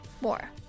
more